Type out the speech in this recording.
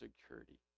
security